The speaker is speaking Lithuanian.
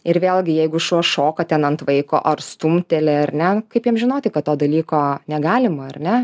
ir vėlgi jeigu šuo šoka ten ant vaiko ar stumteli ar ne kaip jiem žinoti kad to dalyko negalima ar ne